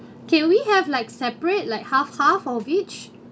can we have like separate like half half of each